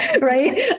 right